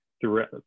throughout